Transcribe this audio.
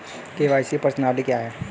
KYC प्रश्नावली क्या है?